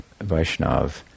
Vaishnav